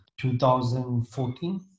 2014